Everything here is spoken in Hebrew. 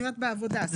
בעבודה.